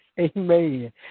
Amen